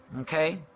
Okay